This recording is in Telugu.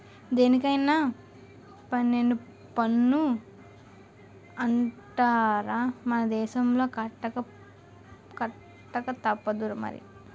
దేనికైన పన్నే పన్ను అంటార్రా మన దేశంలో కట్టకతప్పదు మరి